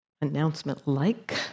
announcement-like